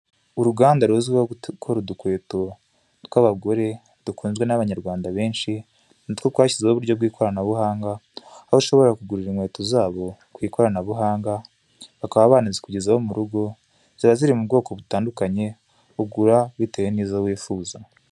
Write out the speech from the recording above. Uruganda ruzwiho gukora udukweto tw'abagore dukunzwe n'abanyarwanda benshi nitwo twashyizweho uburyo bw'ikoranabuhanga aho ushobora kugurira inkweto zabo ku ikoranabuhanga bakaba banazikugezaho mu rugo ziba ziri mu bwoko butandukanye baguha bitewe nizo wifuza.